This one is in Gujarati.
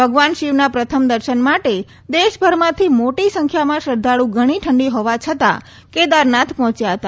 ભગવાન શિવના પ્રથમ દર્શન માટે દેશભરમાંથી મોટી સંખ્યામાં શ્રદ્ધાળુ ઘણી ઠંડી હોવા છતાં કેદારનાથ પહોંચ્યા હતા